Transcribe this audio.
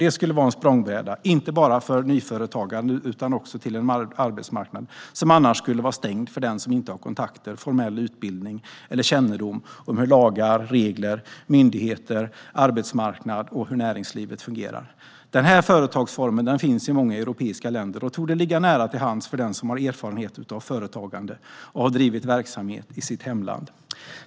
Det skulle vara en språngbräda, inte bara till nyföretagande utan även till en arbetsmarknad som annars skulle vara stängd för den som inte har kontakter, formell utbildning eller kännedom om hur lagar, regler, myndigheter, arbetsmarknad och näringsliv fungerar. Den företagsformen finns i många europeiska länder och torde ligga nära till hands för den som har erfarenhet av företagande och som har drivit verksamhet i sitt hemland.